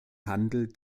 handel